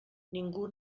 ningú